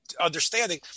understanding